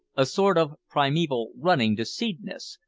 a sort of primeval running-to-seedness,